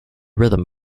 rhythm